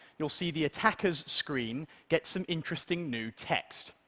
you'll see the attacker's screen get some interesting new text.